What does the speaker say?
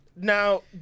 now